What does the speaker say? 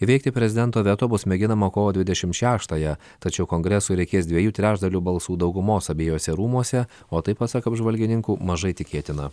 įveikti prezidento veto bus mėginama kovo dvidešim šeštąją tačiau kongresui reikės dviejų trečdalių balsų daugumos abiejuose rūmuose o tai pasak apžvalgininkų mažai tikėtina